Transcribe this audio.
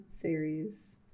series